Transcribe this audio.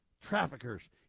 traffickers